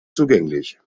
zugänglich